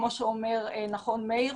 כמו שאומר נכון מאיר,